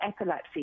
epilepsy